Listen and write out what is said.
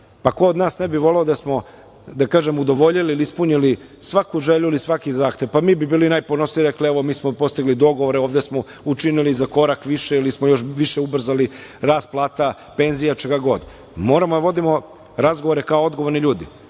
Pa, ko od nas ne bi voleo da smo, da kažem udovoljili ili ispunili svaku želju ili svaki zahtev, pa mi bi bili najponosniji i rekli – evo, mi smo postigli dogovor, ovde smo učinili za korak više ili smo više ubrzali rast plata, penzija, šta god. Moramo da vodimo razgovore kao odgovorni ljudi.